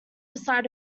beside